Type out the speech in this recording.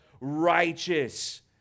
righteous